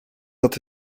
dat